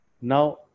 Now